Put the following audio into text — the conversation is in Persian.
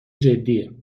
جدیه